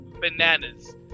bananas